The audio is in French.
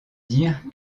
dire